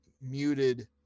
muted